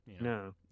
No